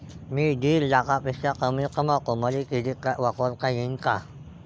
मी दीड लाखापेक्षा कमी कमवतो, मले क्रेडिट कार्ड वापरता येईन का?